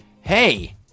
hey